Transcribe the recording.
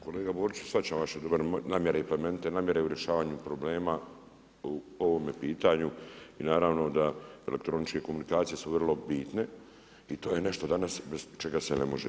Kolega Boriću shvaćam vaše dobre namjere i plemenite namjere u rješavanju problema u ovome pitanju i naravno da elektroničke komunikacije su vrlo bitne i to je nešto danas bez čega se ne može.